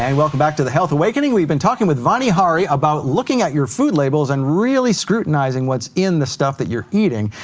and welcome back to the health awakening. we've been talking with vani hari about looking at your food labels and really scrutinizing what's in the stuff that you're eating.